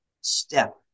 step